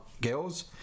girls